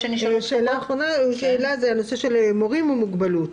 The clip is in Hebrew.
שאלה אחרונה שהוא העלה היא לגבי מורים בעלי מוגבלות.